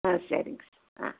ஆ செரிங்க ச ஆ